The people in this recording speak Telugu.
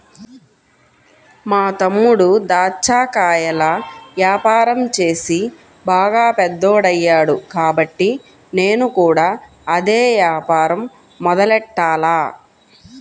మా తమ్ముడు దాచ్చా కాయల యాపారం చేసి బాగా పెద్దోడయ్యాడు కాబట్టి నేను కూడా అదే యాపారం మొదలెట్టాల